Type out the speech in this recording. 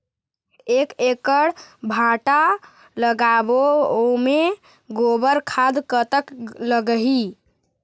एक एकड़ भांटा लगाबो ओमे गोबर खाद कतक लगही?